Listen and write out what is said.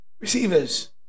Receivers